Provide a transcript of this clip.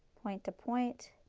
point to point,